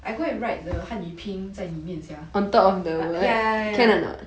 I go and write the 汉语拼音在里面 sia